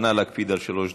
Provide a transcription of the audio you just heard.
אנא, להקפיד על שלוש דקות,